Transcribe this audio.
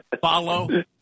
follow